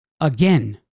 Again